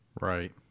Right